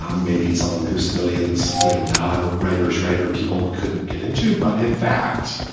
um maybe someone who civilians, you know, non writers, writer people couldn't get into but in fact,